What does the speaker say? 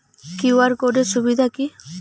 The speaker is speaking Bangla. কিউ.আর কোড এর সুবিধা কি?